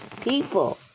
people